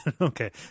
Okay